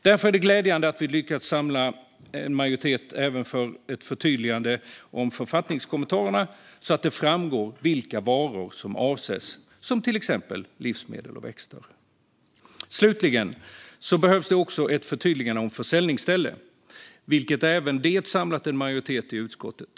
Därför är det glädjande att vi lyckats samla en majoritet även för att förtydliga författningskommentaren så att det framgår vilka varor som avses, som till exempel livsmedel och växter. Slutligen behövs det också ett förtydligande om försäljningsställe, vilket även det samlat en majoritet i utskottet.